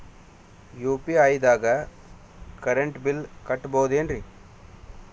UPI ದಾಗ current bill ಕಟ್ಟಬಹುದೇನ್ರಿ?